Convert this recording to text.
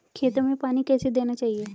खेतों में पानी कैसे देना चाहिए?